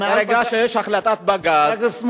ברגע שיש החלטת בג"ץ,